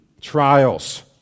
trials